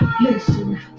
Listen